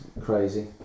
crazy